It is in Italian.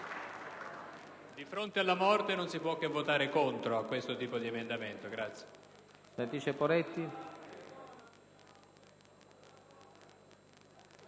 Di fronte alla morte non si può che votare contro questo tipo di emendamento.